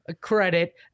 credit